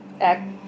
act